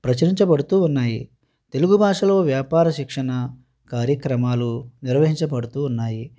ప్రచురించబడుతూ ఉన్నాయి తెలుగు భాషలో వ్యాపార శిక్షణ కార్యక్రమాలు నిర్వహించబడుతూ ఉన్నాయి